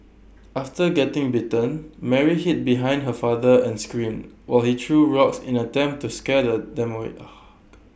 after getting bitten Mary hid behind her father and screamed while he threw rocks in an attempt to scare the them away